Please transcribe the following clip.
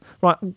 Right